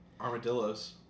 Armadillos